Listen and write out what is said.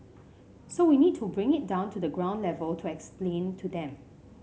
so we need to bring it down to the ground level to explain to them